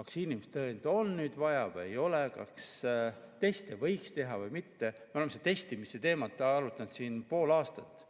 vaktsiinitõendit on nüüd vaja või ei ole, kas teste võiks teha või mitte. Me oleme seda testimise teemat ka siin arutanud juba pool aastat.